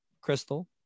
Crystal